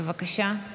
בבקשה.